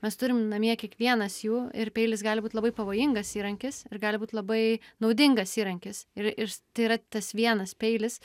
mes turim namie kiekvienas jų ir peilis gali būti labai pavojingas įrankis ir gali būti labai naudingas įrankis ir ir tai yra tas vienas peilis